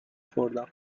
خوردم